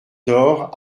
door